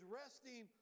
resting